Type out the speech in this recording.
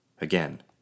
Again